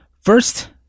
first